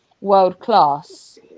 world-class